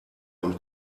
und